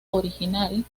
original